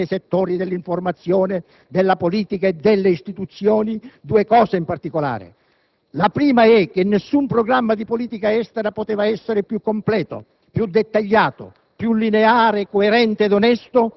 da svariati decenni è vissuto ed ha operato all'estero nei settori dell'informazione, della politica e delle istituzioni, due cose in particolare. La prima è che nessun programma di politica estera poteva essere più completo,